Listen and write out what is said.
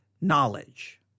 knowledge